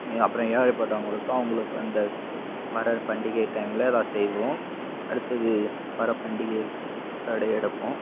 ஏ அப்புறோம் ஏழைப்பட்டவங்களுக்கும் அவங்களுக்கு வந்த வர பண்டிகை டைமில் ஏதாது செய்வோம் அடுத்தது வர பண்டிகைக்கு புத்தாடை எடுப்போம்